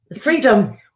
freedom